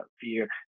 fear